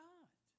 God